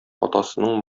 атасының